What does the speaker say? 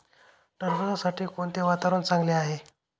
टरबूजासाठी कोणते वातावरण चांगले आहे?